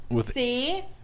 See